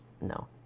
No